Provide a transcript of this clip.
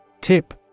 Tip